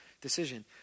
decision